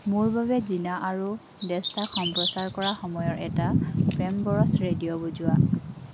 মোৰ বাবে জিনা আৰু দেষ্টাক সম্প্ৰচাৰ কৰা সময়ৰ এটা প্ৰেমব'ৰচ ৰেডিঅ' বজোৱা